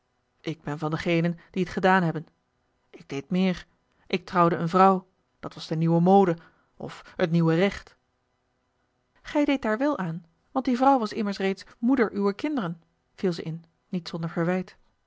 ik ben van degenen die t gedaan hebben ik deed meer ik trouwde eene vrouw dat was de nieuwe mode of het nieuwe recht gij deedt daar wel aan want die vrouw was immers reeds moeder uwer kinderen viel ze in niet zonder verwijt